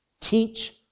teach